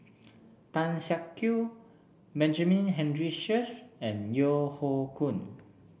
Tan Siak Kew Benjamin Henry Sheares and Yeo Hoe Koon